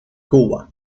cuba